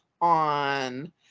on